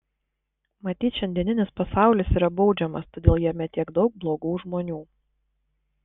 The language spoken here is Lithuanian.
matyt šiandieninis pasaulis yra baudžiamas todėl jame tiek daug blogų žmonių